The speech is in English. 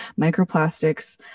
microplastics